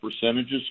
percentages